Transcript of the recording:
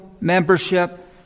membership